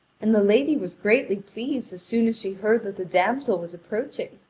and the lady was greatly pleased as soon as she heard that the damsel was approaching,